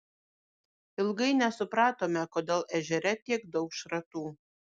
ilgai nesupratome kodėl ežere tiek daug šratų